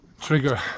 trigger